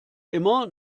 immer